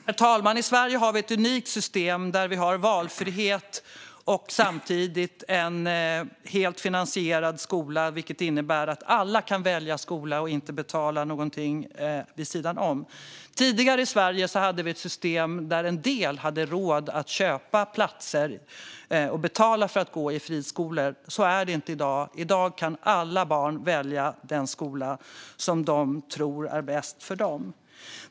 Herr talman! I Sverige har vi ett unikt system med valfrihet och samtidigt en helt finansierad skola, vilket innebär att alla kan välja skola utan att behöva betala något vid sidan om. Tidigare hade vi i Sverige ett system där en del hade råd att köpa platser och betala för att gå i friskolor. Så är det inte i dag. I dag kan alla barn välja den skola de tror är bäst för dem.